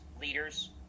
leaders